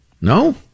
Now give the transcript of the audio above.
No